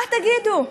מה תגידו?